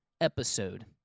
Episode